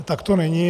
Tak to není.